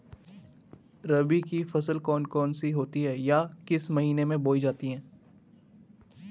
रबी की फसल कौन कौन सी होती हैं या किस महीने में बोई जाती हैं?